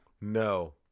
no